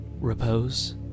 repose